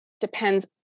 Depends